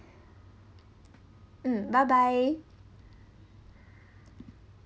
mm bye bye